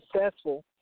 successful